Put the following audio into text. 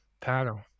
paddle